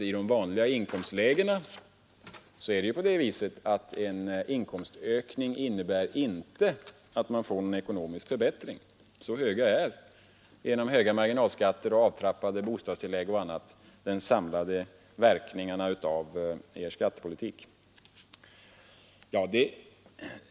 I de vanliga inkomstlägena innebär inte en löneökning att man får någon ekonomisk förbättring, för de samlade verkningarna av er skattepolitik visar sig i höga marginalskatter, avtrappade bostadstillägg och annat.